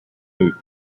flute